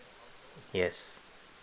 yes